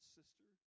sister